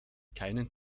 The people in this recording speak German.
keinen